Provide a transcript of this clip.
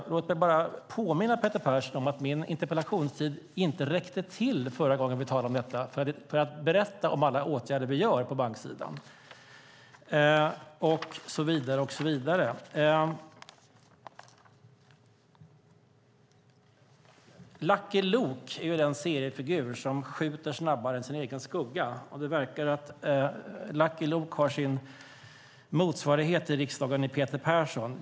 Låt mig påminna Peter Persson om att min interpellationstid inte räckte förra gången vi talade om detta till att berätta om alla de åtgärder vi vidtar på banksidan. Lucky Luke är den seriefigur som skjuter snabbare än sin egen skugga. Det verkar som om Lucky Luke i riksdagen har sin motsvarighet i Peter Persson.